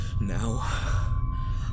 Now